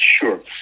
Sure